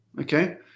okay